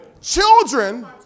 Children